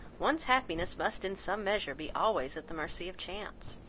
one's happiness must in some measure be always at the mercy of chance.